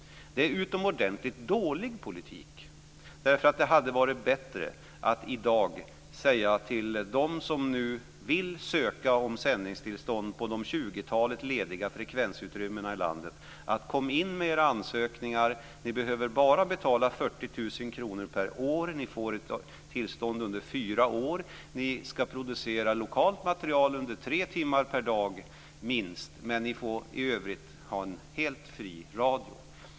Det är utomordentligt dålig politik. Det hade varit bättre att i dag säga till de som nu vill ansöka om sändningstillstånd på de 20-talet lediga frekvensutrymmena i landet att de ska komma in med sina ansökningar. De ska bara behöva betala 40 000 kr per år och får ett tillstånd under fyra år. De ska producera lokalt material under minst tre timmar per dag, men i övrigt får de ha en helt fri radio.